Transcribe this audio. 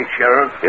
Sheriff